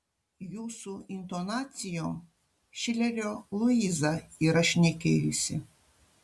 jūsų intonacijom šilerio luiza yra šnekėjusi